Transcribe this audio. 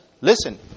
listen